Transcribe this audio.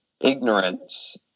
ignorance